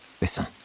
Listen